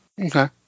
Okay